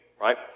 right